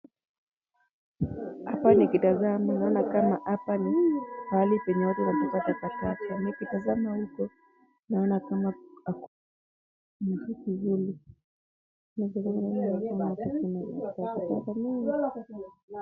Hapa nikitazama naona kama hapa ni pahali watu wanatupa takataka.